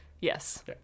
yes